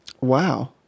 Wow